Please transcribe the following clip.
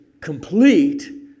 complete